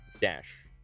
Dash